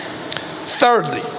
Thirdly